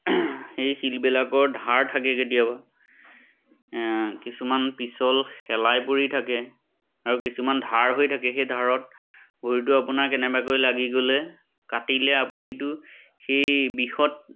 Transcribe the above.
সেই শিলবিলাকৰ ধাৰ থাকে কেতিয়াবা কিছুমান পিচল শেলাই পৰি থাকে আৰু কিছুমান ধাৰ হৈ থাকে সেই ধাৰত ভৰিটো আপোনাৰ কেনেবাকৈ লাগি গ'লে কাটিলে আপুনিটো সেই বিষত